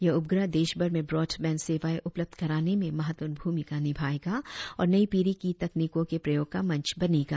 यह उपग्रह देशभर में ब्रॉडबैंड सेवाएं उपलब्ध कराने में महत्वपूर्ण भूमिका निभाएगा और नई पीढ़ी की तकनीकों के प्रयोग का मंच बनेगा